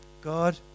God